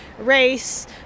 race